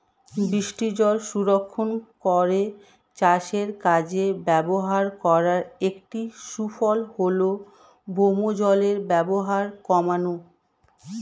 বৃষ্টিজল সংরক্ষণ করে চাষের কাজে ব্যবহার করার একটি সুফল হল ভৌমজলের ব্যবহার কমানো